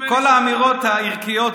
כל האמירות הערכיות,